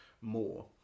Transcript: more